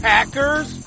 Packers